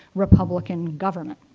republican government.